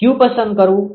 કયું પસંદ કરવું